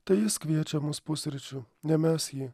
tai jis kviečia mus pusryčių ne mes jį